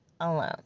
Alone